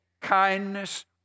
kindness